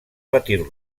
patir